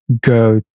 go